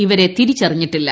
ഇവരെ തിരിച്ചറിഞ്ഞിട്ടില്ല